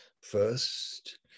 First